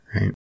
right